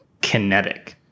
kinetic